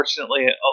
Unfortunately